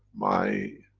my.